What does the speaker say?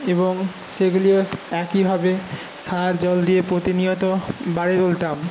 এবং সেগুলিও একইভাবে সার জল দিয়ে প্রতিনিয়ত বাড়িয়ে তুলতাম